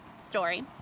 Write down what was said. story